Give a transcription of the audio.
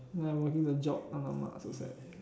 then I working the job !alamak! so sad